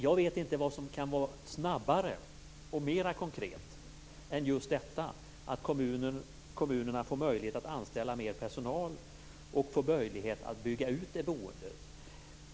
Jag vet inte vad som kan gå snabbare och vara mera konkret än just detta, att kommunerna får möjlighet att anställa mer personal och att bygga ut det boendet.